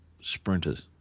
sprinters